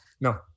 No